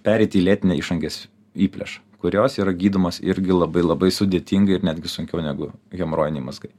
pereiti į lėtinę išangės įplėšą kurios yra gydomos irgi labai labai sudėtingai ir netgi sunkiau negu hemorojiniai mazgai